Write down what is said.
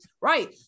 right